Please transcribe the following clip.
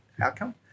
outcome